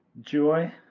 Joy